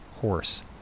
Horse